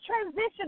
transition